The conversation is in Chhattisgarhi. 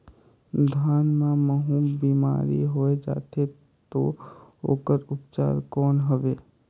धान मां महू बीमारी होय जाथे तो ओकर उपचार कौन हवे?